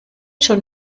schon